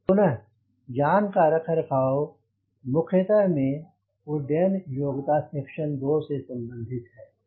पुणे ज्ञान का रखरखाव मुख्य सर सेक्शन 2 में उड्डयन योग्यता से संबंधित है